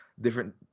different